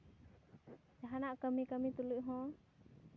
ᱡᱟᱦᱟᱱᱟᱜ ᱠᱟᱹᱢᱤ ᱠᱟᱹᱢᱤ ᱛᱩᱞᱩᱡ ᱦᱚᱸ